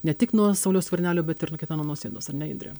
ne tik nuo sauliaus skvernelio bet ir nuo gitano nausėdos ar ne indre